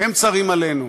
הם צרים עלינו.